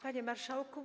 Panie Marszałku!